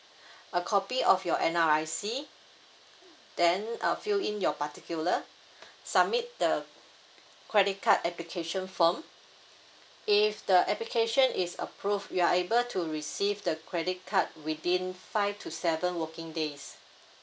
a copy of your N_R_I_C then uh fill in your particular submit the credit card application form if the application is approve you are able to receive the credit card within five to seven working days